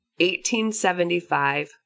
1875